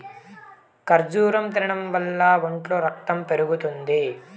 ఖర్జూరం తినడం వల్ల ఒంట్లో రకతం పెరుగుతుంది